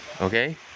okay